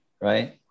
right